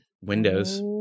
windows